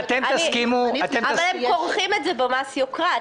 אבל הם כורכים את זה במס יוקרה,